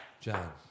John